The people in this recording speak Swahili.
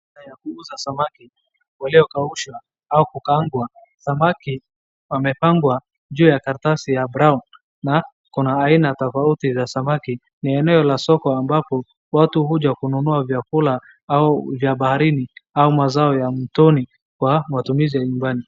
Duka ya kuuza samaki ule ukawaoshwa au kukangwa. Samaki wamepangwa juu ya karatasi ya brown . Na kuna aina tofauti za samaki. Ni eneo la soko ambapo watu huja kununua vyakula au vya baharini au mazao ya mtoni kwa matumizi ya nyumbani.